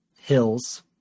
Hills